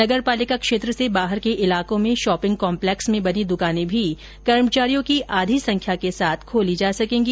नगर पालिका क्षेत्र से बाहर के इलाकों में शॉपिंग कॉम्लेक्स में बनी दुकानें भी कर्मचारियों की आधी संख्या के साथ खोली जा सकेंगी